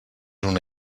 una